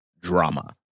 drama